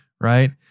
Right